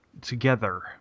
Together